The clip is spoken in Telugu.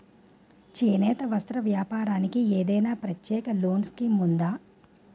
చేనేత వస్త్ర వ్యాపారానికి ఏదైనా ప్రత్యేక లోన్ స్కీం ఉందా?